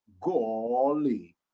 Golly